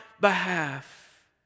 behalf